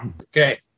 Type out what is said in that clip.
Okay